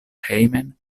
hejmen